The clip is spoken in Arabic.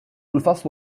الفصل